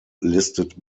listed